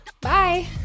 bye